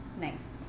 Nice